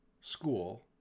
school